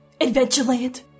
ADVENTURELAND